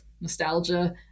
nostalgia